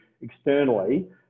externally